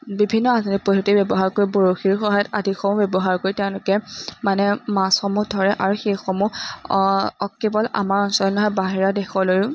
বিভিন্ন আধুনিক প্ৰযুক্তি ব্যৱহাৰ কৰি বৰশীৰ সহায়ত আদিসমূহ ব্যৱহাৰ কৰি তেওঁলোকে মানে মাছসমূহ ধৰে আৰু সেইসমূহ কেৱল আমাৰ অঞ্চলতে নহয় বাহিৰা দেশলৈও